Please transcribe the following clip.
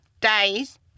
days